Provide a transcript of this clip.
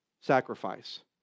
Sacrifice